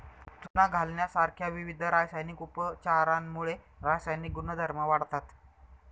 चुना घालण्यासारख्या विविध रासायनिक उपचारांमुळे रासायनिक गुणधर्म वाढतात